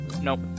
nope